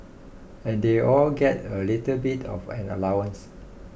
and they all get a little bit of an allowance